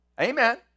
Amen